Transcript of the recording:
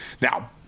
Now